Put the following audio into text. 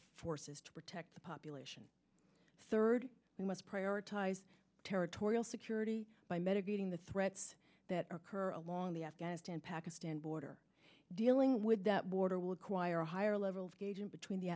forces to protect the population third we must prioritize territorial security by medicating the threats that our current long the afghanistan pakistan border dealing with the border will acquire a higher level of gauging between the